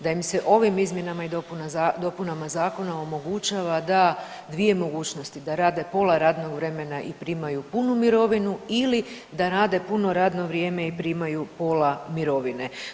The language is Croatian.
Da im se ovim izmjenama i dopunama zakona omogućava da, dvije mogućnosti da rade pola radnog vremena i primaju punu mirovinu ili da rade puno radno vrijeme i primaju pola mirovine.